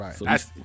right